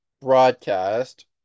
broadcast